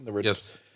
Yes